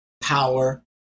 power